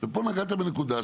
פה נגעת בנקודה,